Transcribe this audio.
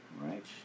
right